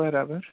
બરાબર